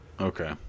Okay